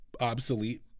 obsolete